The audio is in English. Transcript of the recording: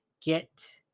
get